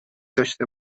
داشته